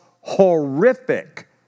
horrific